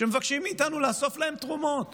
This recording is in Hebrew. שמבקשים מאיתנו לאסוף להם תרומות